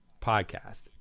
podcast